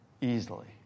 easily